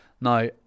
Now